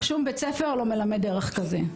שום בית ספר לא מלמד ערך כזה.